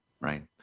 right